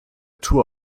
tour